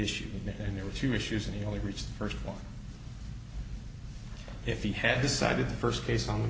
issue and there are a few issues in the only reach the first one if he had decided the first case on the